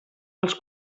els